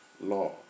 law